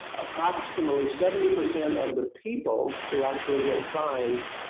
approximately seventy percent of the people who actually get signs